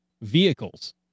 vehicles